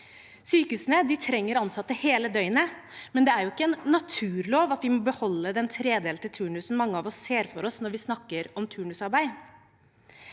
Sykehusene trenger ansatte hele døgnet, men det er jo ikke en naturlov at vi må beholde den tredelte turnusen mange av oss ser for oss når vi snakker om turnusarbeid.